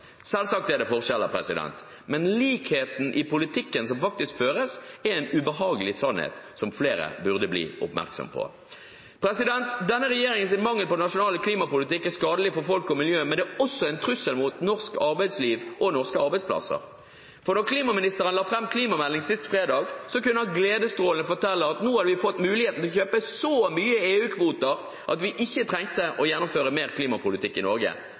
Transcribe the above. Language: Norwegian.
Selvsagt er det forskjeller, men likheten i politikken som faktisk føres, er en ubehagelig sannhet som flere burde bli oppmerksomme på. Denne regjeringens mangel på nasjonal klimapolitikk er skadelig for folk og miljø, men det er også en trussel mot norsk arbeidsliv og norske arbeidsplasser. Da klimaministeren la fram klimameldingen sist fredag, kunne han gledesstrålende fortelle at nå har vi fått muligheten til å kjøpe så mange EU-kvoter at vi ikke trengte å gjennomføre mer klimapolitikk i Norge.